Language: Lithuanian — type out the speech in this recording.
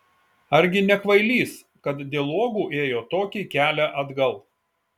argi ne kvailys kad dėl uogų ėjo tokį kelią atgal